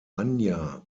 anja